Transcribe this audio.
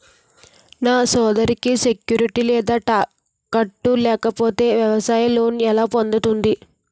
నా సోదరికి సెక్యూరిటీ లేదా తాకట్టు లేకపోతే వ్యవసాయ లోన్ ఎలా పొందుతుంది?